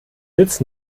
sitz